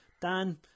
Dan